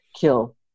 kill